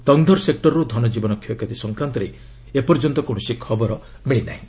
ତଙ୍ଗଧର ସେକ୍ଟରରୁ ଧନଜୀବନ କ୍ଷୟକ୍ଷତି ସଂକ୍ରାନ୍ତରେ କୌଣସି ଖବର ମିଳି ନାହିଁ